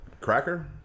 cracker